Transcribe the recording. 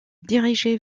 diriger